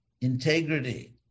Integrity